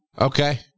Okay